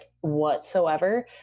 whatsoever